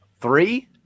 three